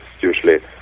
usually